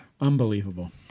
Unbelievable